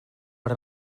per